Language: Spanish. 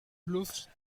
blues